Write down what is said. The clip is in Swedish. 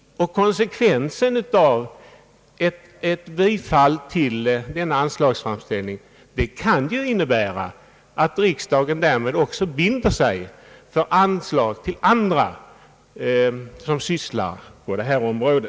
Konsekvensen av ett bifall till denna anslagsframställning kan bli att riksdagen därmed också binder sig för anslag till andra som också sysslar på detta område.